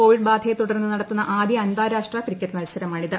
Covid ബാധയെ തുടർന്ന് നടത്തുന്ന ആദ്യ അന്താരാഷ്ട്ര ക്രിക്കറ്റ് മത്സരമാണിത്